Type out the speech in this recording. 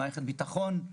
מערכת הביטחון,